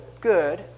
good